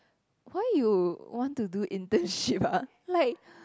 why you want to do internship ah like